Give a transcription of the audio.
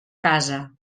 casa